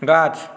गाछ